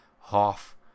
half